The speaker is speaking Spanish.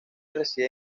reside